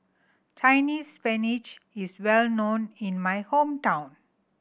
Chinese Spinach is well known in my hometown